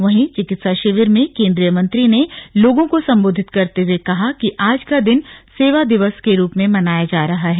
वहीं चिकित्सा शिविर में केंद्रीय मंत्री ने लोगों को संबोधित करते हुए कहा कि आज का दिन सेवा दिवस के रूप में मनाया जा रहा है